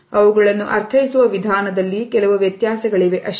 ಅವುಗಳನ್ನು ಅರ್ಥೈಸುವ ವಿಧಾನದಲ್ಲಿ ಕೆಲವು ವ್ಯತ್ಯಾಸಗಳಿವೆ ಅಷ್ಟೇ